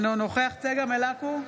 אינו נוכח צגה מלקו,